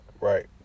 Right